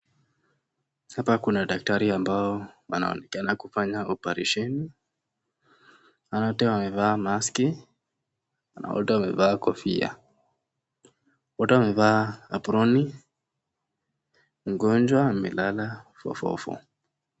Daktari ambao wanaonekana kufanya operesheni, wote wamevaa maski, wote wamevaa kofia , wote wamevaa aproni. Mgonjwa amelala fofofo.